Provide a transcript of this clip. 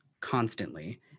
constantly